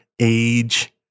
age